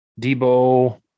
Debo